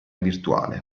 virtuale